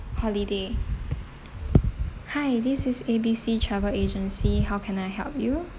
holiday hi this is A B C travel agency how can I help you